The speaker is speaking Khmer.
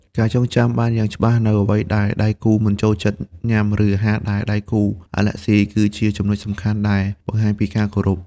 ការចងចាំបានយ៉ាងច្បាស់នូវអ្វីដែលដៃគូមិនចូលចិត្តញ៉ាំ ឬអាហារដែលដៃគូអាឡែស៊ី គឺជាចំណុចសំខាន់ដែលបង្ហាញពីការគោរព។